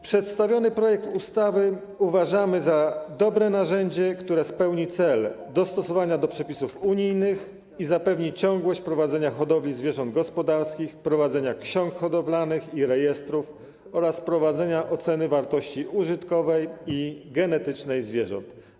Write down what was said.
Przedstawiony projekt ustawy uważamy za dobre narzędzie, które spełni cel dostosowania do przepisów unijnych i zapewni ciągłość prowadzenia hodowli zwierząt gospodarskich, prowadzenia ksiąg hodowlanych i rejestrów oraz prowadzenia oceny wartości użytkowej i genetycznej zwierząt.